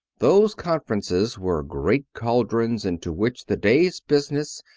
those conferences were great cauldrons into which the day's business,